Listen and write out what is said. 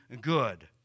good